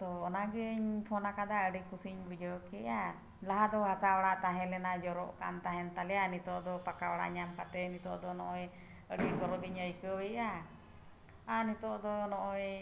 ᱛᱚ ᱚᱱᱟᱜᱮᱧ ᱯᱷᱳᱱᱟᱠᱟᱫᱟ ᱟᱹᱰᱤ ᱠᱩᱥᱤᱧ ᱵᱩᱡᱷᱟᱹᱣ ᱠᱮᱜᱼᱟ ᱞᱟᱦᱟ ᱫᱚ ᱦᱟᱥᱟ ᱚᱲᱟᱜ ᱛᱟᱦᱮᱸ ᱞᱮᱱᱟ ᱡᱚᱨᱚᱜ ᱠᱟᱱ ᱛᱟᱦᱮᱱ ᱛᱟᱞᱮᱭᱟ ᱱᱤᱛᱳᱜ ᱫᱚ ᱯᱟᱠᱟ ᱚᱲᱟᱜ ᱧᱟᱢ ᱠᱟᱛᱮᱫ ᱱᱤᱛᱳᱜ ᱫᱚ ᱱᱚᱜᱼᱚᱭ ᱟᱹᱰᱤ ᱜᱚᱨᱚᱵᱤᱧ ᱟᱹᱭᱠᱟᱹᱣ ᱮᱜᱼᱟ ᱟᱨ ᱱᱤᱛᱳᱜ ᱫᱚ ᱱᱚᱜᱼᱚᱭ